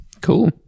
Cool